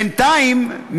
בינתיים,